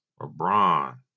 LeBron